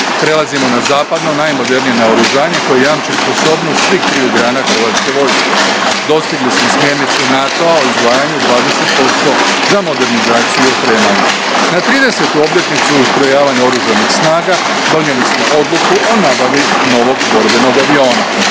Prelazimo na zapadno, najmodernije naoružanje koje jamči sposobnost svih triju grana Hrvatske vojske. Dostigli smo smjernice NATO-a o izdvajanju 20% za modernizaciju i opremanje. Na 30. obljetnicu ustrojavanja Oružanih snaga donijeli smo odluku o nabavi novog borbenog aviona.